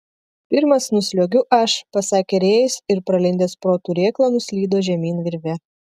pirmas nusliuogiu aš pasakė rėjus ir pralindęs pro turėklą nuslydo žemyn virve